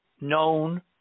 known